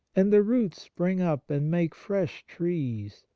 and the roots spring up and make fresh trees,